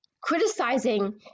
criticizing